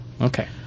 okay